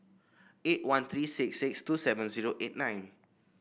eight one three six six two seven zero eight nine